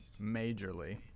majorly